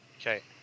Okay